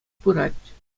пырать